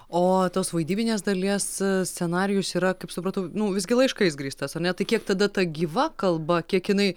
o tos vaidybinės dalies scenarijus yra kaip supratau visgi laiškais grįstas ar ne tai kiek tada ta gyva kalba kiek jinai